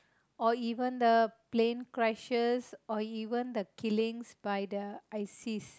or even the plane crashes or even the killings by the ISIS